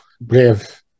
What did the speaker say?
brave